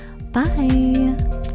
Bye